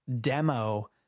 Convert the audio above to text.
demo